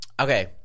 Okay